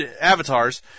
avatars